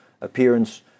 appearance